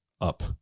up